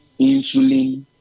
insulin